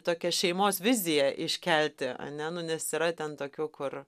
tokią šeimos viziją iškelti ane nu nes yra ten tokių kur